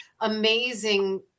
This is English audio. amazing